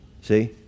see